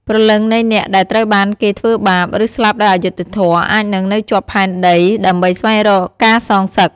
ព្រលឹងនៃអ្នកដែលត្រូវបានគេធ្វើបាប ឬស្លាប់ដោយអយុត្តិធម៌ អាចនឹងនៅជាប់ផែនដីដើម្បីស្វែងរកការសងសឹក។